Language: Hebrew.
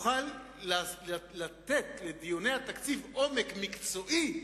נוכל לתת לדיוני התקציב עומק מקצועי,